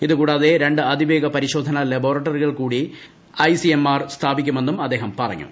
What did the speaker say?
ഇത് കൂടാതെ രണ്ട് അതിവേഗ പരിശോധന ലബോറട്ടറികൾ കൂടി ഐസിഎംആർ സ്ഥാപിക്കുമെന്നും അദ്ദേഹം പറഞ്ഞു